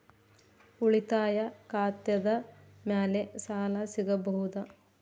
ಉಳಿತಾಯ ಖಾತೆದ ಮ್ಯಾಲೆ ಸಾಲ ಸಿಗಬಹುದಾ?